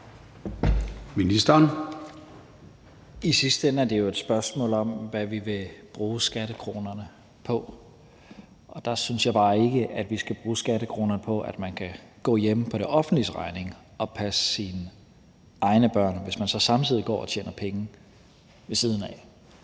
I sidste ende er det jo et spørgsmål om, hvad vi vil bruge skattekronerne på, og der synes jeg bare ikke, at vi skal bruge skattekronerne på, at man kan gå hjemme på det offentliges regning og passe sine egne børn, hvis man så samtidig går og tjener penge ved siden af.